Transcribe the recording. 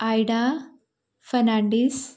Ida Fernandes